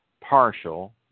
partial